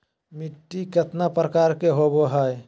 मिट्टी केतना प्रकार के होबो हाय?